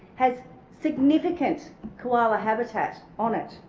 has significant koala habitat on it.